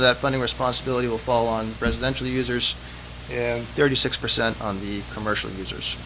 of that funding responsibility will fall on residential users and thirty six percent on the commercial users